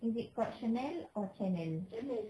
is it called chanel or channel